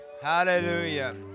Hallelujah